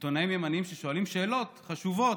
עיתונאים ימנים ששואלים שאלות חשובות,